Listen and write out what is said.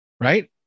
Right